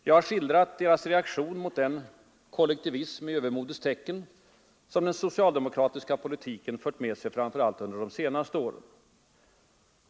Jag har skildrat deras reaktion mot den kollektivism i övermodets tecken som den socialdemokratiska politiken fört med sig, framför allt under de senaste åren.